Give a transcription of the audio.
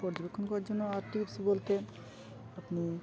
পর্যবেক্ষণ করার জন্য আর টিপস বলতে আপনি